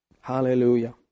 Hallelujah